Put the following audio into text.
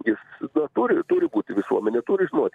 jis na turi turi būt visuomenė turi žinot